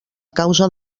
causa